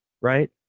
right